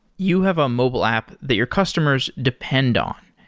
you have a mobile app that your customers depend on,